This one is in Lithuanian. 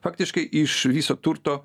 faktiškai iš viso turto